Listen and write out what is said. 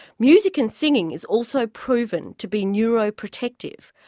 music and singing is also proven to be neuro-protective,